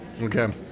Okay